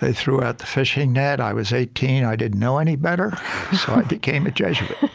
they threw out the fishing net. i was eighteen i didn't know any better. so i became a jesuit